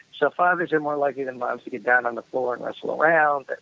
so fathers are more likely than moms to get down on the floor and wrestle around,